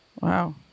Wow